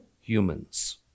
humans